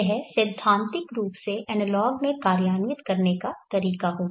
यह सैद्धांतिक रूप से एनालॉग में कार्यान्वित करने का तरीका होगा